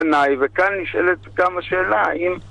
וכאן נשאלת גם שאלה אם...